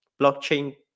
blockchain